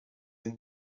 این